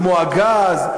כמו הגז,